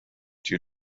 due